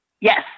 Yes